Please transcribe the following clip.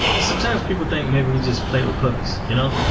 sometimes people think maybe we just play with puppies, you know?